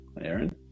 Aaron